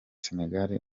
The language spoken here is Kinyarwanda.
senegal